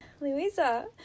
Louisa